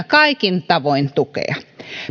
kaikin tavoin tukea